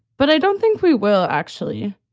but i don't think we will actually.